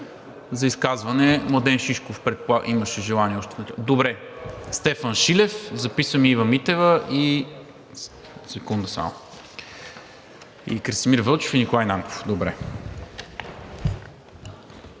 За изказване Младен Шишков имаше желание. Добре, Стефан Шилев, записвам Ива Митева, Красимир Вълчев и Николай Нанков.